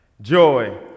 Joy